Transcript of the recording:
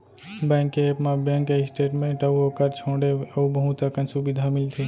bank के app म bank के स्टेट मेंट अउ ओकर छोंड़े अउ बहुत अकन सुबिधा मिलथे